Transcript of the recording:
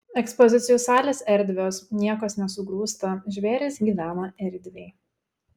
ekspozicijų salės erdvios niekas nesugrūsta žvėrys gyvena erdviai